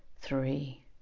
three